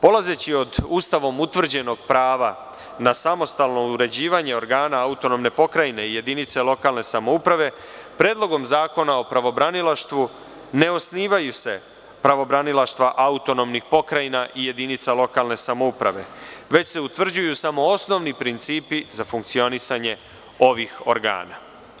Polazeći od Ustavom utvrđenog prava na samostalno uređivanje organa autonomne pokrajine i jedinice lokalne samouprave, Predlogom zakona o pravobranilaštvu ne osnivaju se pravobranilaštva autonomnih pokrajina i jedinica lokalne samouprave, već se utvrđuju samo osnovni principi za funkcionisanje ovih organa.